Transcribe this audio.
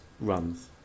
runs